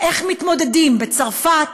איך מתמודדים בצרפת,